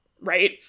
right